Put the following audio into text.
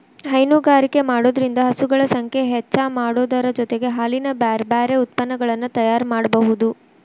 ಹೈನುಗಾರಿಕೆ ಮಾಡೋದ್ರಿಂದ ಹಸುಗಳ ಸಂಖ್ಯೆ ಹೆಚ್ಚಾಮಾಡೋದರ ಜೊತೆಗೆ ಹಾಲಿನ ಬ್ಯಾರಬ್ಯಾರೇ ಉತ್ಪನಗಳನ್ನ ತಯಾರ್ ಮಾಡ್ಬಹುದು